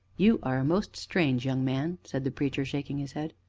you are a most strange young man! said the preacher, shaking his head.